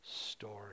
story